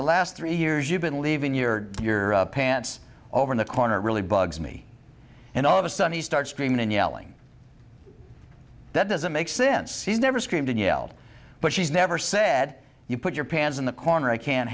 the last three years you've been leaving your your pants over in the corner really bugs me and all of a sudden he starts screaming and yelling that doesn't make since he's never screamed and yelled but he's never said you put your pants in the corner i can't